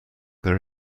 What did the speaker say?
there